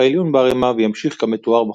העליון בערימה וימשיך כמתואר בחוקים.